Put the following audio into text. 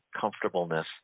comfortableness